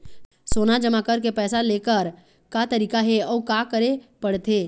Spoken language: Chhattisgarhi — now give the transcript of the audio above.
सोना जमा करके पैसा लेकर का तरीका हे अउ का करे पड़थे?